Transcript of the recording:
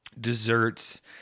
desserts